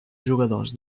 jugadors